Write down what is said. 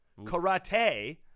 karate